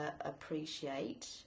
appreciate